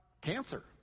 cancer